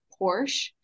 Porsche